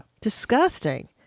Disgusting